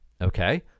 okay